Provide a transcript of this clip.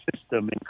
system